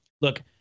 look